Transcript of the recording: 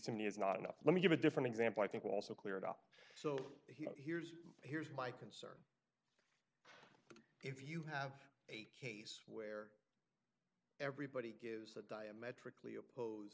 to me is not enough let me give a different example i think also cleared up so here's here's my concern if you have a case where everybody is that diametrically opposed